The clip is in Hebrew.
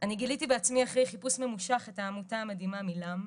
אני גיליתי בעצמי אחרי חיפוש ממושך את העמותה המדהימה "מילם",